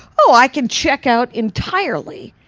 oh, i can check out entirely,